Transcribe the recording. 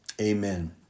amen